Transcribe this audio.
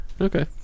Okay